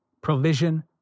provision